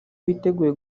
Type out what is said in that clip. witeguye